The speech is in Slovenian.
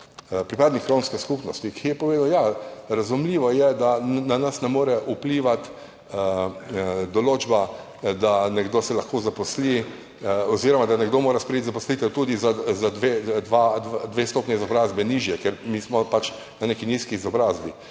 pripadnik romske skupnosti, ki je povedal: »Ja, razumljivo je, da na nas ne more vplivati določba, da se nekdo lahko zaposli oziroma da mora nekdo sprejeti zaposlitev tudi za dve stopnji izobrazbe nižje, ker mi smo pač na neki nizki izobrazbi.